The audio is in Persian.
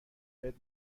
بهت